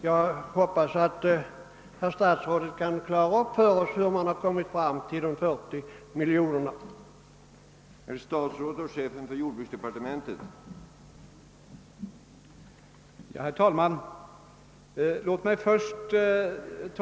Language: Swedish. Jag hoppas att herr statsrådet kan klara upp för oss hur man har kommit fram till de 40 miljoner kronorna.